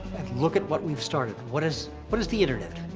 and look at what we've started. what is. what is the internet?